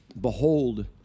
Behold